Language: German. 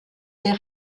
ihr